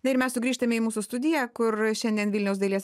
na ir mes sugrįžtame į mūsų studiją kur šiandien vilniaus dailės